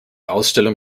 ausstellung